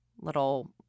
little